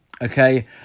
Okay